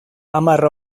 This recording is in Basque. hamar